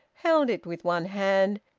held it with one hand,